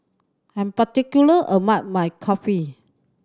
I'm particular about my Kulfi